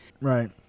Right